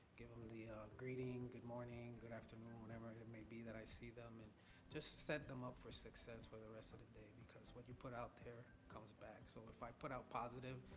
give em the greeting, good morning, good afternoon, whenever it may be that i see them, and just set them up for success for the rest of the day because what you put out there comes back, so if i put out positive,